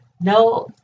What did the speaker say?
no